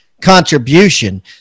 contribution